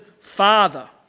father